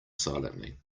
silently